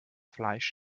fleisch